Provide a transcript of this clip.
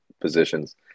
positions